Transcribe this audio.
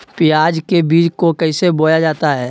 प्याज के बीज को कैसे बोया जाता है?